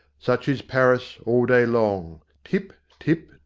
such is paris all day long. tip, tip,